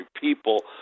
People